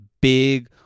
big